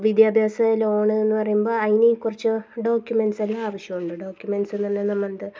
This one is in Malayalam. വിദ്യഭ്യാസ ലോണെന്നു പറയുമ്പോൾ അതിന് കുറച്ച് ഡോക്യൂമെൻറ്റ്സെല്ലാം ആവശ്യമുണ്ട് ഡോക്യൂമെൻ്റ്സ് പറഞ്ഞാൽ നമ്മളത്